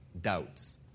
doubts